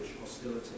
hostility